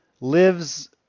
lives